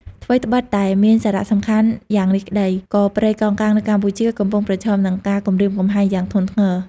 ថ្វីត្បិតតែមានសារៈសំខាន់យ៉ាងនេះក្តី ក៏ព្រៃកោងកាងនៅកម្ពុជាកំពុងប្រឈមមុខនឹងការគំរាមកំហែងយ៉ាងធ្ងន់ធ្ងរ។